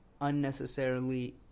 unnecessarily